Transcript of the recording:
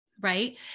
Right